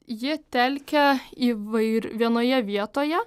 ji telkia įvair vienoje vietoje